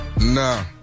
Nah